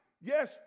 Yes